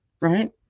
right